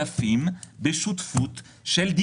עכשיו הייתה החלטה שלא נשתתף בהצבעות אבל